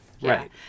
right